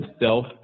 Self